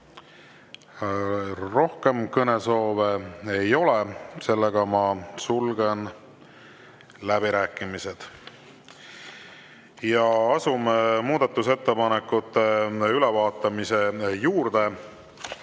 Rohkem kõnesoove ei ole. Ma sulgen läbirääkimised ja asume muudatusettepanekute ülevaatamise juurde.